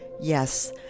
Yes